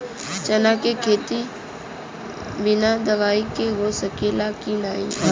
चना के खेती बिना दवाई के हो सकेला की नाही?